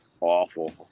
Awful